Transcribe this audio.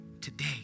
today